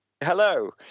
hello